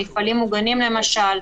מפעלים מוגנים למשל,